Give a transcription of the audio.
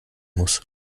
muss